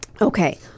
Okay